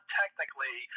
technically